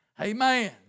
Amen